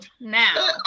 now